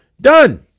Done